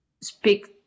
speak